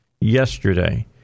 yesterday